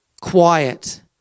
quiet